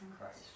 Christ